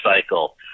cycle